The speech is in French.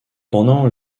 pendant